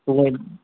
तूं ऐं